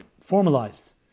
formalized